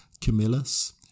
Camillus